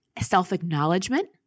self-acknowledgement